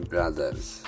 Brothers